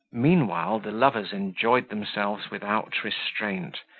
meanwhile the lovers enjoyed themselves without restraint,